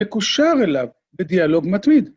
‫מקושר אליו בדיאלוג מתמיד.